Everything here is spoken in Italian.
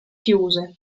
chiuse